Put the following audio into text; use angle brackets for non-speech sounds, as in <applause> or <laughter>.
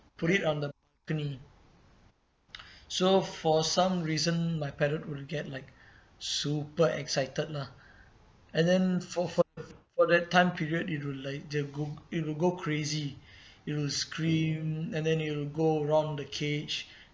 put it on the balcony <breath> so for some reason my parrot will get like super excited lah and then for for for that time period it will like just go it'll go crazy it'll scream and then it will go around the cage